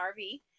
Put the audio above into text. RV